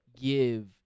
give